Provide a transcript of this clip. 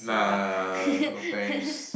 nah no thanks